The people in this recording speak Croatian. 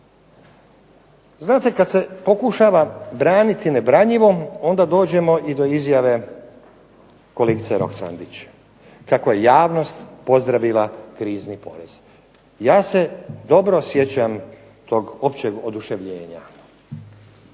Znate kada se pokušava braniti nebranjivom, onda dođemo do izjave kolegice Roksandić, kako je javnost pozdravila krizni porez. Ja se dobro sjećam tog općeg oduševljenja.